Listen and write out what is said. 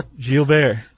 Gilbert